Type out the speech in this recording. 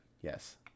Yes